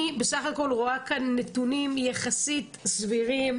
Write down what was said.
אני בסך הכל רואה כאן נתונים יחסית סבירים,